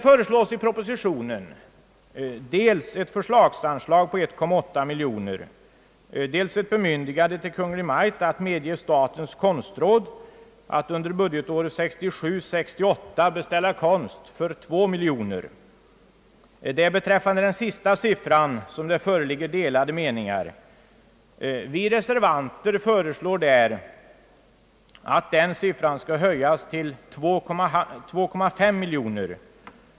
I propositionen föreslås dels ett förslagsanslag på 1,8 miljon och dels ett bemyndigande för Kungl. Maj:t att medge statens konstråd att under budgetåret 1967/68 beställa konst för högst 2 miljoner kronor. Den sista siffran föreslår vi reservanter skall höjas till 2,5 miljoner.